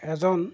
এজন